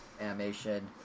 animation